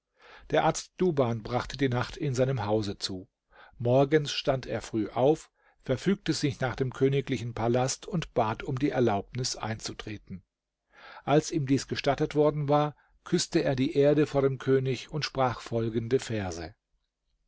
der arzt duban brachte die nacht in seinem hause zu morgens stand er früh auf verfügte sich nach dem königlichen palast und bat um die erlaubnis einzutreten als ihm dieses gestattet worden war küßte er die erde vor dem könig und sprach folgende verse